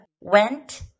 went